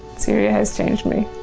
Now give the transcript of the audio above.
syria has changed me.